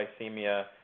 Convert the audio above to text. hypoglycemia